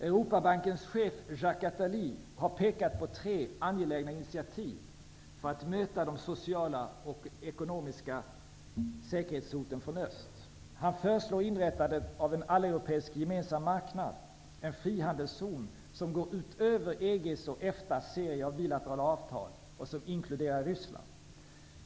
Europabankens chef Jacques Attali har pekat på tre angelägna initiativ för att möta de sociala och ekonomiska säkerhetshoten från öst. Han föreslår inrättandet av en alleuropeisk gemensam marknad, en frihandelszon som går utöver EG:s och EFTA:s serie av bilaterala avtal och som inkluderar Ryssland.